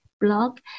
blog